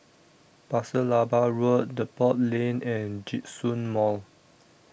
Pasir Laba Road Depot Lane and Djitsun Mall